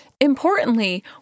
Importantly